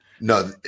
No